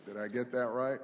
that i get that right